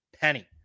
penny